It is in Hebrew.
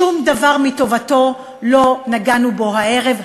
שום דבר מטובתו, לא נגענו בו הערב.